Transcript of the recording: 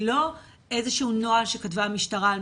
היא לא איזה שהוא נוהל שכתבה המשטרה על